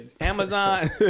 Amazon